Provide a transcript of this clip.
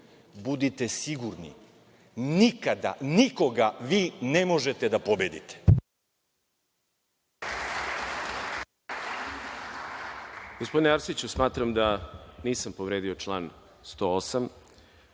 budite sigurni nikada nikoga vi ne možete da pobedite.